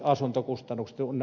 vastaavat